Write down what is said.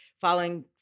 following